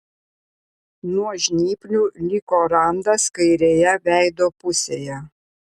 nuo žnyplių liko randas kairėje veido pusėje